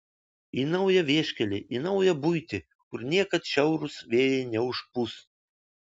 į naują vieškelį į naują buitį kur niekad šiaurūs vėjai neužpūs